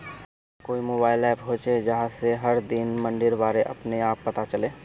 ऐसा कोई mobile app होचे जहा से हर दिन मंडीर बारे अपने आप पता चले?